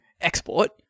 export